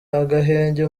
agahenge